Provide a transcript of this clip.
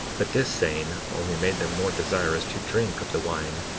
but this saying only made them more desirous to drink of the wine